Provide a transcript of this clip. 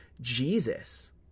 jesus